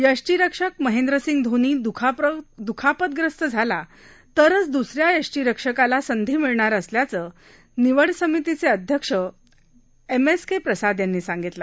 यष्टिरक्षक महेंद्रसिंग धोनी द्रखापतग्रस्त झाला तरच दुसऱ्या यष्टिरक्षकाला संधी मिळणार असल्याचं निवड समितीचे अध्यक्ष एम एस के प्रसाद यांनी सांगितलं